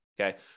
okay